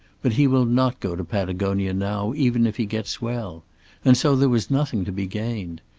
but he will not go to patagonia now even if he gets well and so there was nothing to be gained.